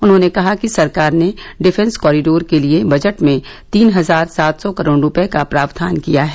उन्होंने कहा कि सरकार ने डिफेंस कारीडोर के लिये बजट में तीन हजार सात सौ करोड़ रूपये का प्रावधान किया है